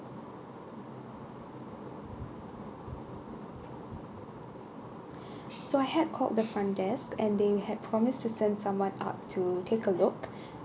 so I had called the front desk and they had promised to send someone up to take a look